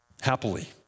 Happily